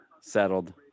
Settled